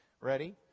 Ready